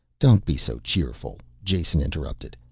don't be so cheerful, jason interrupted.